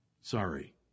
sorry